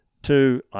Two